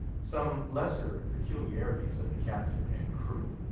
some lesser peculiarities of the captain and crew.